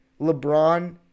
LeBron